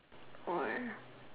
or